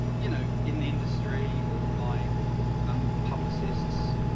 you know, in the industry or by um publicists,